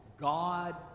God